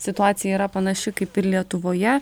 situacija yra panaši kaip ir lietuvoje